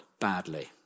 badly